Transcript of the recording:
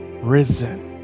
risen